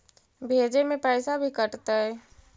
भेजे में पैसा भी कटतै?